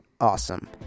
awesome